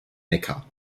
neckar